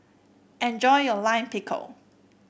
enjoy your Lime Pickle